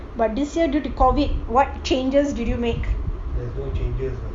but this year due to COVID what changes did you make